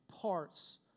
parts